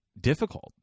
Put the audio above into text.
difficult